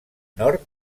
nord